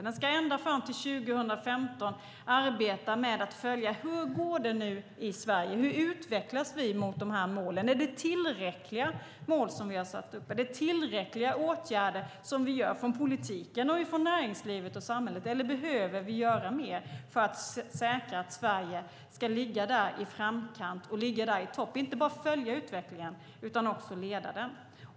Den ska ända fram till 2015 arbeta med att följa hur det går i Sverige och hur vi utvecklas mot de här målen. Är det tillräckliga mål som vi har satt upp? Är det tillräckliga åtgärder som vi gör från politiken, näringslivet och samhället, eller behöver vi göra mer för att säkra att Sverige ska ligga i framkant och i topp - inte bara följa utvecklingen utan också leda den?